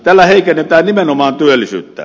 tällä heikennetään nimenomaan työllisyyttä